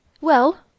Well